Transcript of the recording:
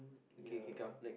ya